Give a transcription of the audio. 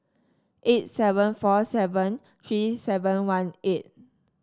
eight seven four seven three seven one eight